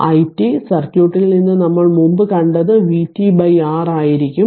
it സർക്യൂട്ടിൽ നിന്ന് നമ്മൾ മുമ്പ് കണ്ടത് vt r ആയിരിക്കും